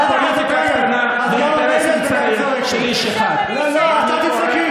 חברת הכנסת רגב, נא לשבת.